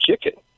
chicken